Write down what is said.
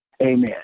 Amen